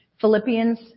Philippians